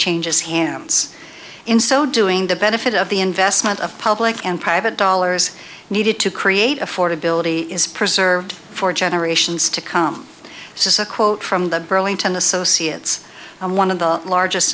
changes hands in so doing the benefit of the investment of public and private dollars needed to create affordability is preserved for generations to come says a quote from the burlington associates and one of the largest